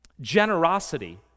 Generosity